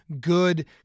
good